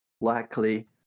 likely